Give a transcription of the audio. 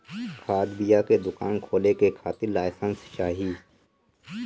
खाद बिया के दुकान खोले के खातिर लाइसेंस चाही